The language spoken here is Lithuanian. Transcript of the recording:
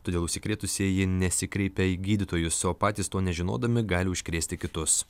todėl užsikrėtusieji nesikreipia į gydytojus o patys to nežinodami gali užkrėsti kitus